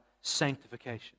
sanctification